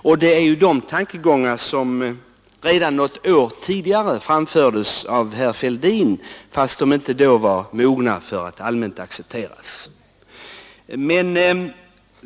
Här återfinns de tankegångar som redan något år tidigare framfördes av herr Fälldin, fastän de inte då var mogna att helt accepteras.